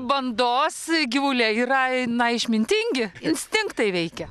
bandos gyvuliai yrai na išmintingi instinktai veikia